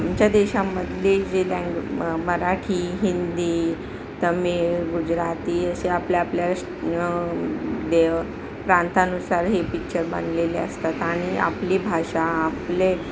आमच्या देशामधली जे लँग मराठी हिंदी तमिळ गुजराती असे आपल्या आपल्या देव प्रांतानुसार हे पिचर बनलेले असतात आणि आपली भाषा आपले